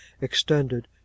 extended